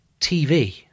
TV